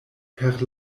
per